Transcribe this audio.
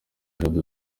jado